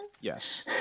Yes